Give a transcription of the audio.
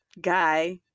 guy